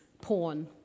porn